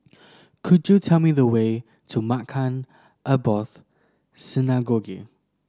could you tell me the way to Maghain Aboth Synagogue